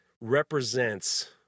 represents